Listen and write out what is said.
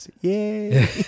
Yay